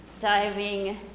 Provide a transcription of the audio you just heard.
diving